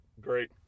Great